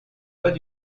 pas